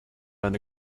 eine